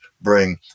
bring